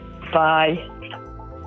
Bye